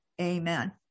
Amen